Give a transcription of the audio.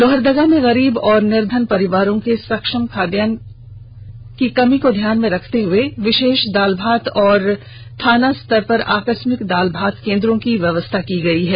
लोहरदगा में गरीब एवं निर्धन परिवारों के सक्षम खाद्यान्न की कमी को ध्यान में रखते हुए विशेष दाल भात एवं थाना स्तर पर आकस्मिक दाल भात केंद्रों की व्यवस्था की गई है